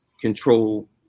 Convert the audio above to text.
control